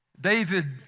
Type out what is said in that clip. David